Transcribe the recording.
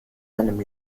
seinem